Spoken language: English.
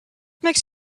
makes